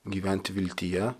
gyventi viltyje